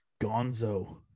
Gonzo